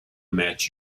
met